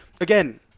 again